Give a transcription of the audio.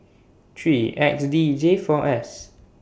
three X D J four S